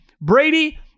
Brady